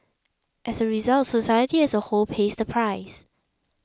as a result society as a whole pays the price